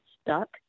stuck